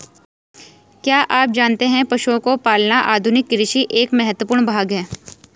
क्या आप जानते है पशुओं को पालना आधुनिक कृषि का एक महत्वपूर्ण भाग है?